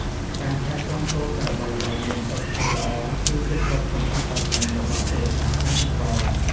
ការថែទាំគោក្របីឱ្យមានសុខភាពល្អ គឺជាទ្រព្យសម្បត្តិដ៏ធំរបស់គ្រួសារកសិករ។